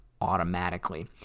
automatically